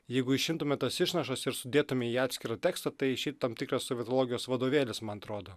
jeigu išimtume tas išnašas ir sudėtume į atskirą tekstą tai išeitų tam tikras sovietologijos vadovėlis man atrodo